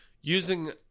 using